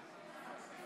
חברי הכנסת,